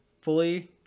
fully